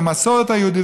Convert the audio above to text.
מהמסורת היהודית,